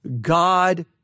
God